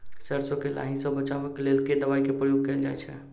सैरसो केँ लाही सऽ बचाब केँ लेल केँ दवाई केँ प्रयोग कैल जाएँ छैय?